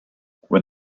when